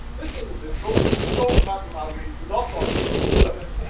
this individual short fat ugly not on a t-shirt